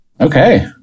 Okay